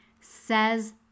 says